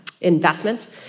investments